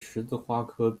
十字花科